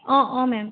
অঁ অঁ মেম